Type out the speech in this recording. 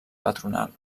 patronal